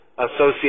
associated